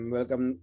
Welcome